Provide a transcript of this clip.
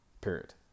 Period